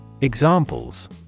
Examples